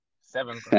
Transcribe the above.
Seven